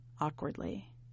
awkwardly